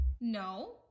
No